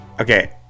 Okay